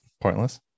pointless